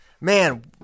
man